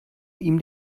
ihm